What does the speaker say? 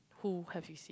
who have you see